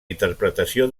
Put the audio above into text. interpretació